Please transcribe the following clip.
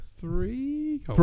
three